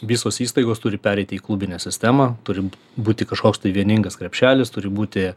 visos įstaigos turi pereiti į klubinę sistemą turim būti kažkoks tai vieningas krepšelis turi būti